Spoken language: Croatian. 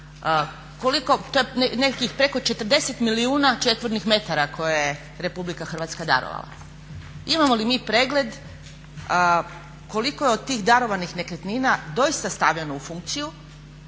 Nekih preko 40 milijuna m2 koje je Republika Hrvatska darovala. Imamo li mi pregled koliko je od tih darovanih nekretnina doista stavljeno u funkciju